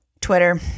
Twitter